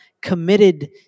committed